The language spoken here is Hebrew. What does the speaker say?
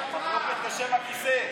השר ליצמן, השר ליצמן.